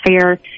fair